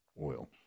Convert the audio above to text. oil